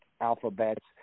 alphabets